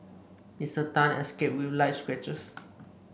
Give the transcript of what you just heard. Mister Tan escaped with light scratches